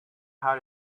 how